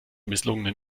misslungenen